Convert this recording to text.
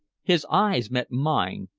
his eyes met mine,